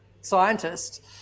scientist